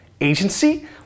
Agency